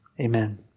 Amen